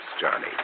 Johnny